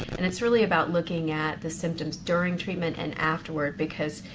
and it's really about looking at the symptoms during treatment and afterward because,